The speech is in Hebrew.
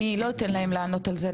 אני לא אתן להם לענות על זה,